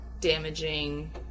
damaging